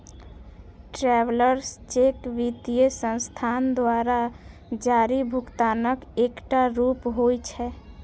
travellers cheque वित्तीय संस्थान द्वारा जारी भुगतानक एकटा रूप होइ छै